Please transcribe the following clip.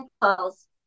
calls